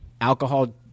alcohol